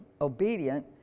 obedient